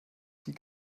sie